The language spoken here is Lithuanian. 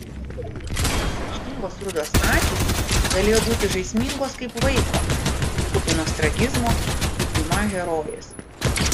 išraiškingos rudos akys galėjo būti žaismingos kaip vaiko ir kupinos tragizmo kaip diuma herojės